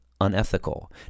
unethical